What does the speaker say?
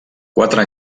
quatre